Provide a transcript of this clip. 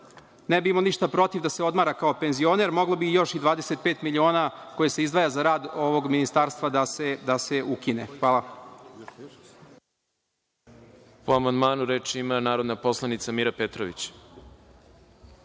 ne bi imao ništa protiv da se odmara kao penzioner, moglo bi i još 25 miliona, koje se izdvaja za rad ovog ministarstva, da se ukine. Hvala.